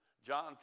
John